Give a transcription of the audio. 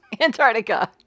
Antarctica